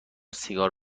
سیگار